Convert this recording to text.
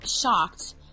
shocked